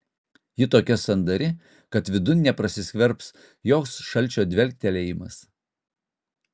ji tokia sandari kad vidun neprasiskverbs joks šalčio dvelktelėjimas